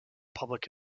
public